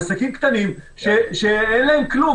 עסקים קטנים שאין להם כלום.